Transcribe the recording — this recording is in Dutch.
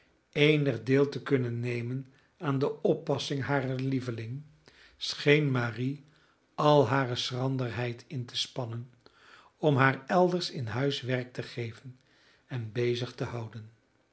eenig deel te kunnen nemen aan de oppassing harer lieveling scheen marie al hare schranderheid in te spannen om haar elders in huis werk te geven en bezig te houden